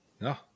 No